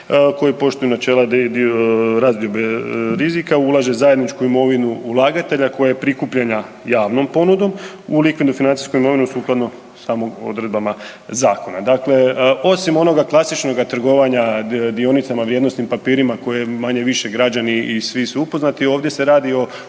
koji poštuju načela razdiobe rizika, ulaže zajedničku imovinu ulagatelja koja je prikupljena javnom ponudom u likvidnu financijsku imovinu sukladno samom odredbama zakona. Dakle, osim onoga klasičnoga trgovanja dionicama, vrijednosnim papirima, koji manje-više građani i svi su upoznati, ovdje se radi o